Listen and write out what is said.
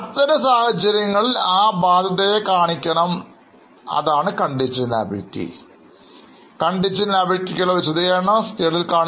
അത്തരം സാഹചര്യങ്ങളിൽ ആ ബാധ്യതയെ കാണിക്കേണ്ടതുണ്ട് Contingent liability എന്നാണ്